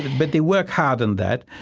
but they work hard on that.